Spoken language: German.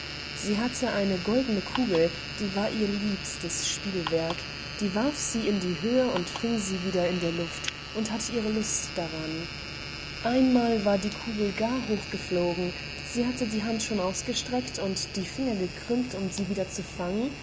sie hatte eine goldene kugel die war ihr liebstes spielwerk die warf sie in die höhe und fing sie wieder in der luft und hatte ihre lust daran einmal war die kugel gar hoch geflogen sie hatte die hand schon ausgestreckt und die finger gekrümmt um sie wieder zufangen